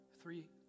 three